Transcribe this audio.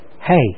hey